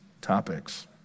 topics